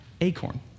acorn